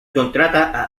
contrata